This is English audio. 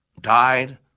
died